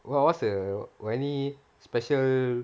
what what's the got any special